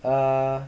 uh